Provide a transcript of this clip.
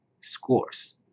scores